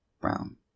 brown